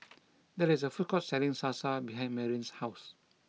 there is a food court selling Salsa behind Marianne's house